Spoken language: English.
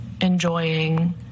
enjoying